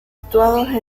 situados